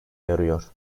yarıyor